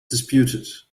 disputed